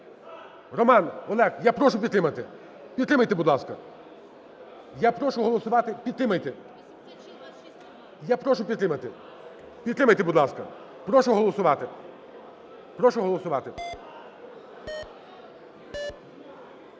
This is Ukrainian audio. Роман, Олег, я прошу підтримати. Підтримайте, будь ласка. Я прошу голосувати. Підтримайте, я прошу підтримати. Підтримайте, будь ласка. Прошу голосувати, прошу голосувати.